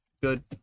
good